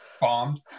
bombed